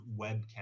webcam